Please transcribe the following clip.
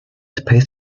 supposed